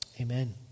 Amen